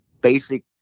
basic